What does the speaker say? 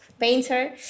painter